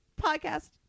podcast